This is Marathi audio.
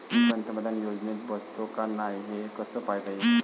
मी पंतप्रधान योजनेत बसतो का नाय, हे कस पायता येईन?